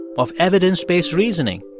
of evidence-based reasoning,